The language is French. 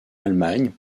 allemagne